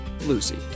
Lucy